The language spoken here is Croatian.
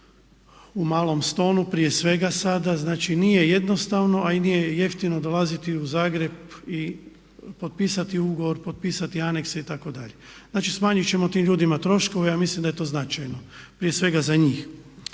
u Malom Stonu prije svega sada, znači nije jednostavno a i nije jeftino dolaziti u Zagreb i potpisati ugovor, potpisati anekse itd. Znači smanjit ćemo tim ljudima troškove a mislim da je to značajno prije svega za njih.